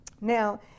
Now